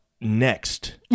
next